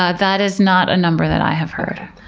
ah that is not a number that i have heard.